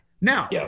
Now